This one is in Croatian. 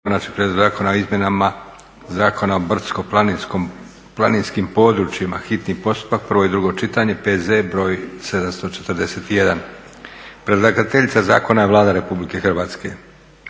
Predlagateljica zakona je Vlada Republike Hrvatske.